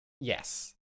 Yes